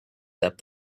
that